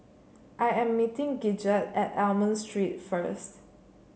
I am meeting Gidget at Almond Street first